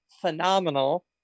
phenomenal